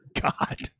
god